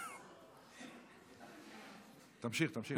תמשיך, תמשיך.